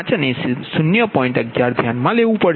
11 ધ્યાનમાં લેવું પડશે